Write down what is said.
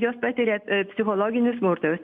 jos patiria psichologinį smurtą jos